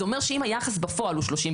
זה אומר שאם היחס בפועל הוא 35%,